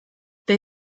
they